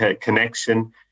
connection